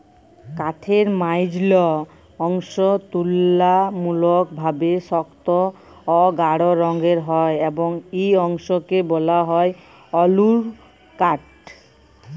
কাঠের মাইঝল্যা অংশ তুললামূলকভাবে সক্ত অ গাঢ় রঙের হ্যয় এবং ই অংশকে ব্যলা হ্যয় অল্তরকাঠ